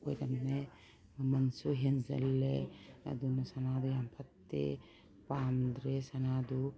ꯑꯣꯏꯔꯝꯃꯦ ꯃꯃꯟꯁꯨ ꯍꯦꯟꯖꯜꯂꯦ ꯑꯗꯨꯅ ꯁꯅꯥꯗꯨ ꯌꯥꯝ ꯐꯠꯇꯦ ꯄꯥꯝꯗ꯭ꯔꯦ ꯁꯅꯥꯗꯨ